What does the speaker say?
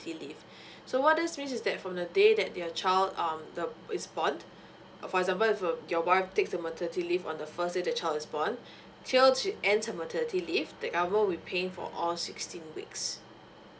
leave so what this means is that from the day that your child um the is born uh for example is uh your wife takes the maternity leave on the first day the child is born till she enter maternity leave the government will be paying for all sixteen weeks